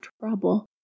trouble